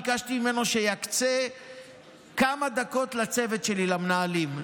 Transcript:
ביקשתי ממנו שיקצה כמה דקות לצוות שלי, למנהלים.